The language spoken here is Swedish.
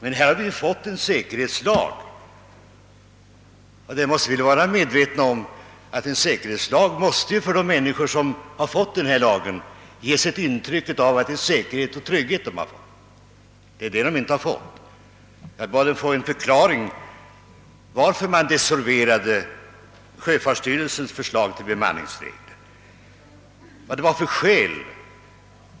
Vi har emellertid fått en säkerhetslag och måste vara medvetna om att dess tillkomst ger människor ett intryck av att de har fått säkerhet och trygghet. Men det är det de inte har fått! Jag bad att få en förklaring till varför sjöfartsstyrelsens förslag till bemanningsregler desavouerats.